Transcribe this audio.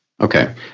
Okay